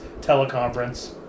teleconference